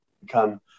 become